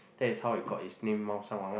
that is how it got it's name 猫山王:Mao-Shan-Wang ah